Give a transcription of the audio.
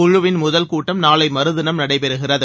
குழுவின் முதல் கூட்டம் நாளை மறுதினம் நடைபெறுகிறது